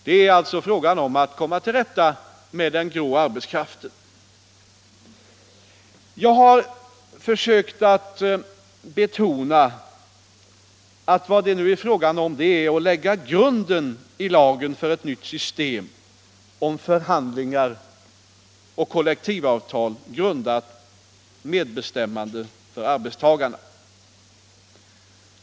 Det är alltså fråga om att lösa problemet Jag har försökt betona, att vad det nu är fråga om är att i lagen lägga grunden för ett nytt system för ett på förhandlingar och kollektivavtal grundat medbestämmande för arbetstagarna.